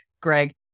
Greg